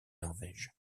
norvège